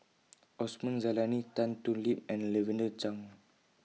Osman Zailani Tan Thoon Lip and Lavender Chang